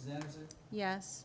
yes yes